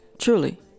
truly